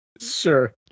Sure